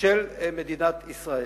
של מדינת ישראל.